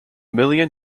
million